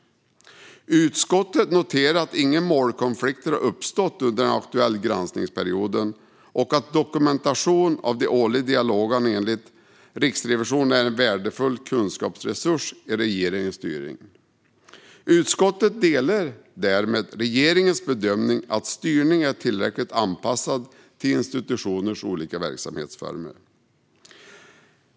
Utskottet noterar att inga målkonflikter har uppstått under den aktuella granskningsperioden och att dokumentation av de årliga dialogerna enligt Riksrevisionen är en värdefull kunskapsresurs i regeringens styrning. Utskottet delar därmed regeringens bedömning att styrningen är tillräckligt anpassad till institutionernas olika verksamhetsformer.